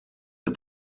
the